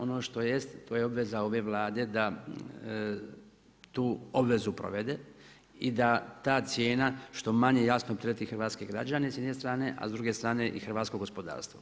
Ono što jest to je obveza ove Vlade da tu obvezu provede i da ta cijena što manje jasno optereti hrvatske građane s jedne strane, a s druge strane i hrvatsko gospodarstvo.